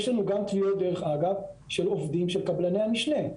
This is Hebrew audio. אלה עובדים של קבלני המשנה,